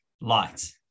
light